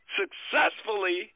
successfully